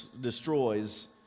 destroys